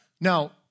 Now